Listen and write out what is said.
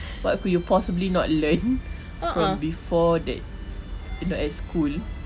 what could you possibly not learn from before that you know at school